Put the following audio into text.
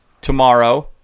tomorrow